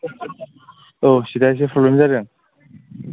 औ सिटआ एसे प्रब्लेम जादों